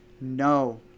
No